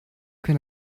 can